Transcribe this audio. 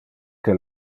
que